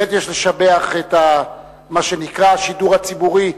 באמת יש לשבח את מה שנקרא השידור הציבורי,